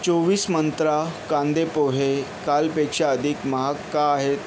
चोवीस मंत्रा कांदेपोहे कालपेक्षा अधिक महाग का आहेत